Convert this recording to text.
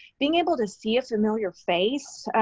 being able to see a familiar face,